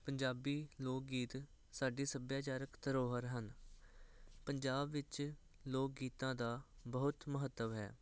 ਪੰਜਾਬੀ ਲੋਕ ਗੀਤ ਸਾਡੇ ਸੱਭਿਆਚਾਰਕ ਧਰੋਹਰ ਹਨ ਪੰਜਾਬ ਵਿੱਚ ਲੋਕ ਗੀਤਾਂ ਦਾ ਬਹੁਤ ਮਹੱਤਵ ਹੈ